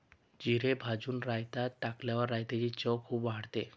जिरे भाजून रायतात टाकल्यावर रायताची चव खूप वाढते